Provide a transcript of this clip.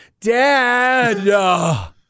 Dad